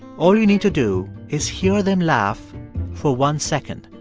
all you need to do is hear them laugh for one second.